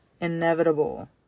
inevitable